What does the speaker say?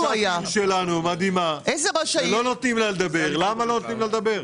יש לנו ראשת עיר מדהימה ואני לא מבין למה לא נותנים לה לדבר?